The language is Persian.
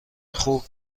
خوب